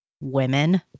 Women